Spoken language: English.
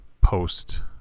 Post